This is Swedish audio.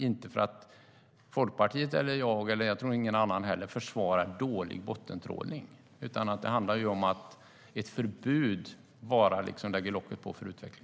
Varken Folkpartiet eller jag - och jag tror inte heller att någon annan gör det - försvarar dålig bottentrålning. Det handlar om att ett förbud bara lägger locket på för utveckling.